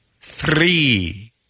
Three